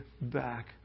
back